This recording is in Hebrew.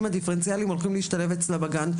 הדיפרנציאליים הולכים להשתלב אצלה בגן,